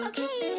Okay